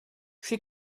she